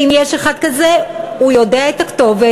ואם יש אחד כזה, הוא יודע את הכתובת.